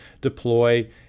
deploy